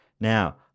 Now